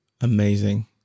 Amazing